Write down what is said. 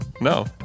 no